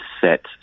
set